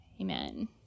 Amen